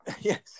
yes